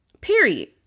period